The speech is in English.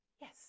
Yes